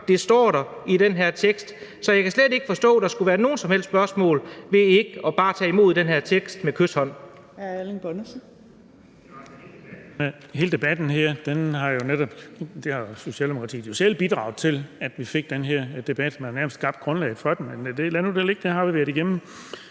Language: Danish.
det står der i teksten. Så jeg kan slet ikke forstå, at der skulle være nogen som helst spørgsmål, og at man ikke bare tager imod det her forslag til